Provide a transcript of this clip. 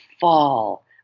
fall